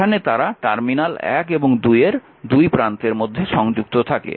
এখানে তারা টার্মিনাল 1 এবং 2 এর দুই প্রান্তের মধ্যে সংযুক্ত থাকে